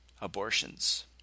abortions